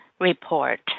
report